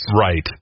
Right